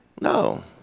No